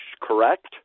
correct